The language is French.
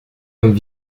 hommes